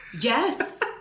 Yes